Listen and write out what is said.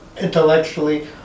intellectually